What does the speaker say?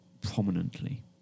prominently